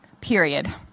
period